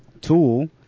Tool